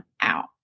out